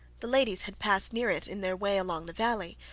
the ladies had passed near it in their way along the valley,